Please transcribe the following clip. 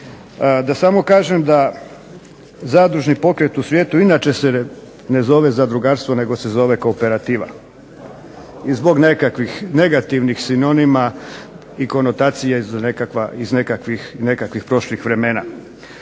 Da samo kažem da zadružni pokret u svijetu inače se ne zove zadrugarstvo nego se zove kooperativa. I zbog nekakvih negativnih sinonima i konotacije iz nekakvih prošlih vremena.